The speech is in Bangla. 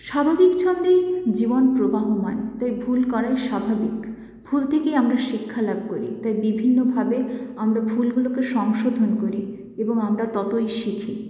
স্বাভাবিক ছন্দেই জীবন প্রবাহমান তাই ভুল করাই স্বাভাবিক ভুল থেকেই আমরা শিক্ষালাভ করি তাই বিভিন্নভাবে আমরা ভুলগুলোকে সংশোধন করি এবং আমরা ততই শিখি